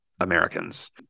Americans